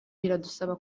biradusaba